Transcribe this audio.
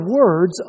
words